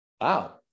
wow